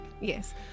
Yes